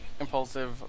impulsive